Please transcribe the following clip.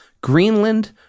Greenland